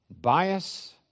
bias